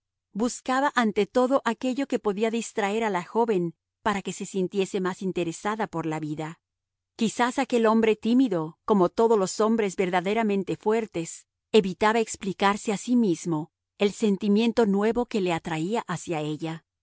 buscaba ante todo aquello que podía distraer a la joven para que se sintiese más interesada por la vida quizás aquel hombre tímido como todos los hombres verdaderamente fuertes evitaba explicarse a sí mismo el sentimiento nuevo que le atraía hacia ella